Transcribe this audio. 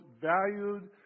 valued